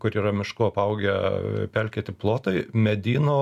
kur yra mišku apaugę pelkėti plotai medyno